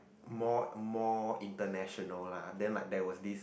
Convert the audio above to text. more more international lah then like there was this